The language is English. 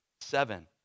seven